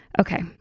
Okay